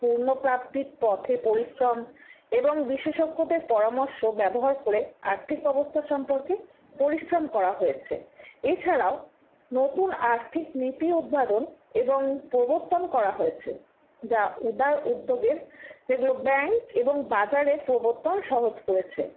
পূর্ণ প্রাপ্তির পথে পরিশ্রম এবং বিশেষজ্ঞদের পরামর্শ ব্যবহার করে আর্থিক অবস্থা সম্পর্কে পরিশ্রম করা হয়েছে এছাড়াও নতুন আর্থিক নীতি উৎবাদন এবং প্রবর্তন করা হয়েছে যা উদার উদ্যোগের যেগুলো ব্যাংক এবং বাজারের প্রবর্তন সহজ করেছে